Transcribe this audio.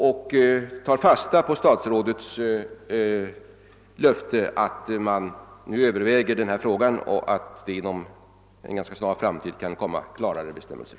Jag tar alltså fasta på statsrådets löfte att man nu överväger denna fråga och att klarare bestämmelser kan komma att genomföras inom en ganska snar framtid.